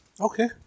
Okay